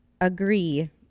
agree